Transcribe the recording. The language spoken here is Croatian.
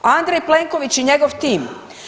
Andrej Plenković i njegov tim.